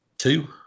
Two